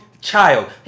child